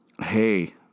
hey